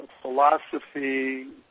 philosophy